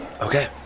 Okay